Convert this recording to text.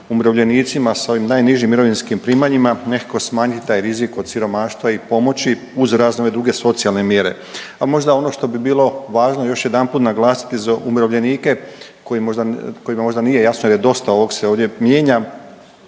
umirovljenicima s ovim najnižim mirovinskim primanjima nekako smanjit taj rizik od siromaštva i pomoći uz razne ove druge socijalne mjere. A možda ono što bi bilo važno još jedanput naglasiti za umirovljenika koji možda, kojima možda nije jasno jer je dosta ovog se ovdje mijenja,